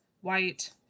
white